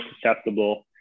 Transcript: susceptible